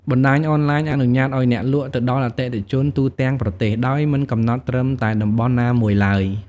បណ្ដាញអនឡាញអនុញ្ញាតឱ្យអ្នកលក់ទៅដល់អតិថិជនទូទាំងប្រទេស ដោយមិនកំណត់ត្រឹមតែតំបន់ណាមួយឡើយ។